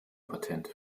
patente